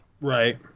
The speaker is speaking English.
Right